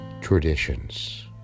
traditions